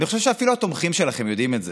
אני חושב שאפילו התומכים שלכם יודעים את זה,